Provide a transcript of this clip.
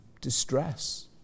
distress